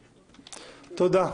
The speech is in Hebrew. תודה.